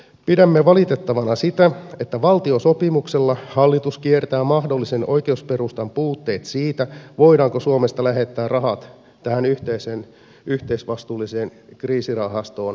pidämme valitettavana sitä että valtiosopimuksella hallitus kiertää mahdollisen oikeusperustan puutteet siitä voidaanko suomesta lähettää rahat tähän yhteiseen yhteisvastuulliseen kriisirahastoon vai ei